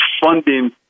funding